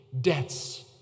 debts